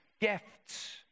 gifts